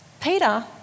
Peter